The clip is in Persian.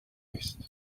نیست